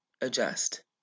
adjust